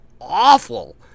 awful